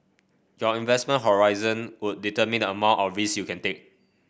your investment horizon would determine the amount or risks you can take